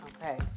Okay